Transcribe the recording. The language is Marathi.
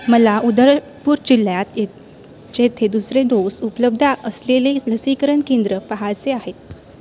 मला उदयपूर जिल्ह्यात येत जेथे दुसरे डोस उपलब्ध असलेले लसीकरण केंद्र पहायचे आहे